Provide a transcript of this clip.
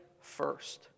first